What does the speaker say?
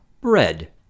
Bread